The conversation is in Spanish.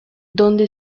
donde